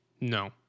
No